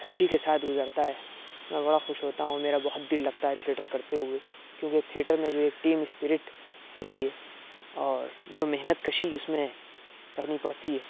خوشی کے ساتھ گذرتا ہے میں بڑا خوش ہوتا ہوں میرا بہت دل لگتا ہے تھئیٹر کرتے ہوئے کیونکہ تھئیٹر میں جو ایک ٹیم اسپرٹ ہوتی ہے اور جو محنت کشی اس میں کرنی پڑتی ہے